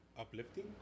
Uplifting